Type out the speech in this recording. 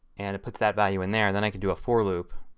and it puts that value in there. then i can do a for loop,